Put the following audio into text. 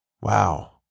Wow